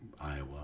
Iowa